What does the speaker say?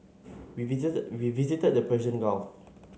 we visited we visited the Persian Gulf